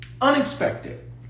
Unexpected